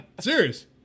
Serious